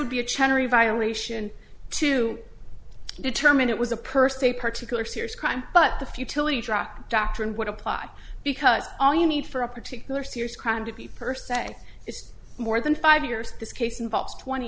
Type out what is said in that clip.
would be a cherry violation to determine it was a person a particular serious crime but the futility drop doctrine would apply because all you need for a particular serious crime to be person a is more than five years this case involves twenty